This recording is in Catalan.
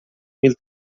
mil